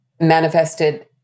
manifested